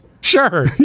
Sure